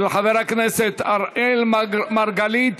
של חבר הכנסת אראל מרגלית,